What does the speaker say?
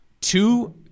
two